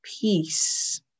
peace